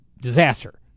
disaster